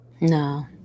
No